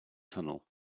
tunnel